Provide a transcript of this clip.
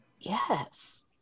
Yes